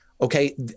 Okay